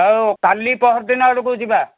ଆଉ କାଲି ପଅରିଦିନ ଆଡ଼କୁ ଯିବା